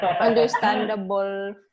understandable